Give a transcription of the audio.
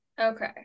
Okay